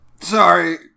Sorry